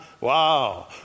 Wow